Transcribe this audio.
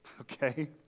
okay